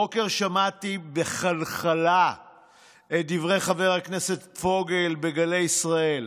הבוקר שמעתי בחלחלה את דברי חבר הכנסת פוגל בגלי ישראל,